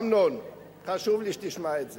אמנון, חשוב לי שתשמע את זה.